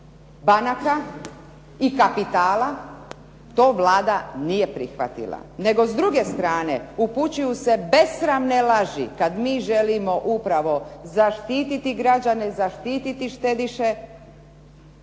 banaka i kapitala to Vlada nije prihvatila, nego s druge strane upućuju e besramne laži kad mi želimo upravo zaštititi građane, zaštititi štediše